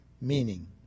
meaning